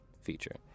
feature